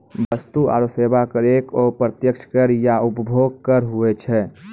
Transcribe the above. वस्तु आरो सेवा कर एक अप्रत्यक्ष कर या उपभोग कर हुवै छै